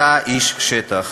אתה איש שטח.